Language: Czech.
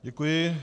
Děkuji.